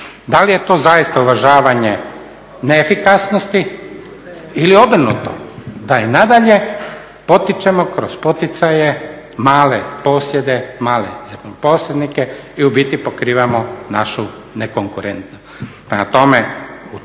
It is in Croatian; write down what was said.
da li je to zaista uvažavanje neefikasnosti ili obrnuto, da i nadalje potičemo kroz poticaje male posjede, male zemljoposjednike i u biti pokrivamo našu nekonkurentnost.